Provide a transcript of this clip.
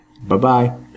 Bye-bye